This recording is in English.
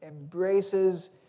embraces